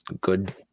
good